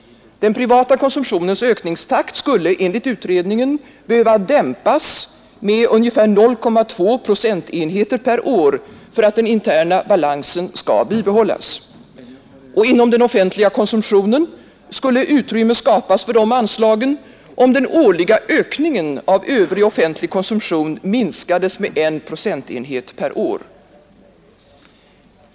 Den privata konsumtionens ökningstakt skulle enligt utredningen behöva dämpas med ungefär 0,2 procentenheter per år för att den interna balansen skall bibehållas. Och inom den offentliga konsumtionen skulle utrymme skapas för dessa anslag, om den årliga ökningen av övrig offentlig konsumtion minskades med en procentenhet per år.